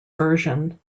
version